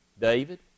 David